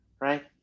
right